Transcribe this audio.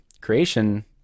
Creation